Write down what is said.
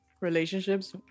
relationships